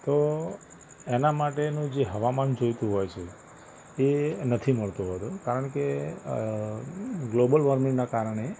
તો એના માટેનું જે હવામાન જોઈતું હોય છે એ નથી મળતું હોતું કારણ કે અ ગ્લોબલ વોર્મિંગના કારણે